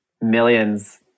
millions